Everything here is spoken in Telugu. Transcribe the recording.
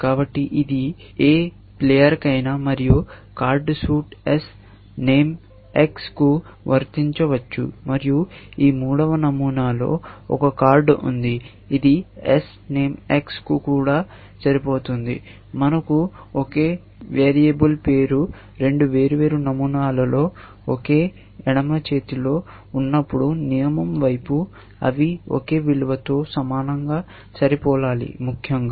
కాబట్టి ఇది ఏ ప్లేయర్కైనా మరియు card suit S name X కు వర్తించవచ్చు మరియు ఈ మూడవ నమూనాలో ఒక కార్డ్ ఉంది ఇది ఎస్ నేమ్ X కు కూడా సరిపోతుంది మనకు ఒకే వేరియబుల్ పేరు రెండు వేర్వేరు నమూనాల లో ఒకే ఎడమ చేతిలో ఉన్నప్పుడు నియమం వైపు అవి ఒకే విలువ తో సమానంగా సరిపోలాలి ముఖ్యంగా